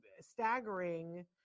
staggering